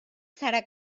serà